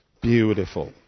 Beautiful